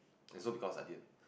is all because I did